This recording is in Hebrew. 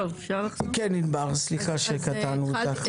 סליחה ענבר שקטענו אותך.